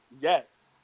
Yes